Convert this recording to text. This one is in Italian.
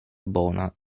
bonard